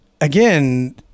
again